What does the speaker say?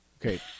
Okay